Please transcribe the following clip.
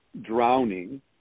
drowning